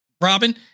Robin